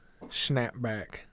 snapback